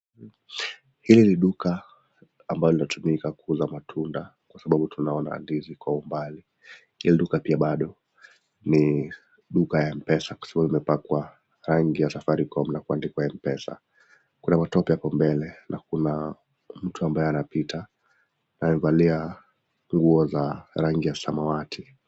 Hili ni duka ambalo linatumika kuuza matunda kwa sababu tunaona ndizi kwa umbali. Hili duka pia bado ni duka ya M-Pesa kwa sababu imepakwa rangi ya Safaricom na kuandikwa M-Pesa. Kuna matope hapo mbele na kuna mtu ambaye anapita. Amevalua nguo za rangi ya samawati.